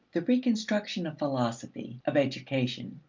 the reconstruction of philosophy, of education,